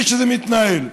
זה קלות דעת כפי שזה מתנהל.